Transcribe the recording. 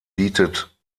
bietet